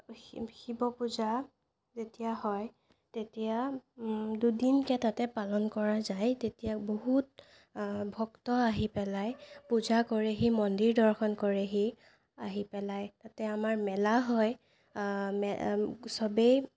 শিৱ পূজা যেতিয়া হয় তেতিয়া দুদিনকৈ তাতে পালন কৰা যায় তেতিয়া বহুত ভক্ত আহি পেলাই পূজা কৰেহি মন্দিৰ দৰ্শন কৰেহি আহি পেলাই তাতে আমাৰ মেলা হয় চবেই